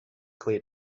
clear